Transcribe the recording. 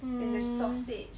mm